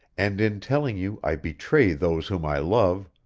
and in telling you i betray those whom i love,